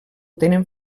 tenen